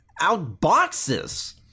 ...outboxes